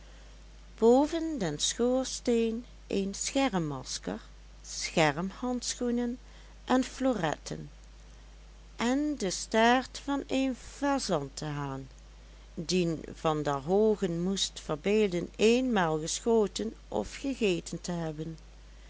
boven den schoorsteen een schermmasker schermhandschoenen en floretten en de staart van een fazantehaan dien van der hoogen moest verbeelden eenmaal geschoten of gegeten te hebben